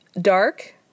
dark